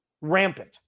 rampant